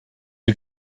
you